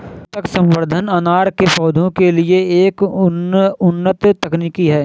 ऊतक संवर्धन अनार के पौधों के लिए एक उन्नत तकनीक है